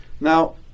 Now